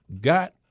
got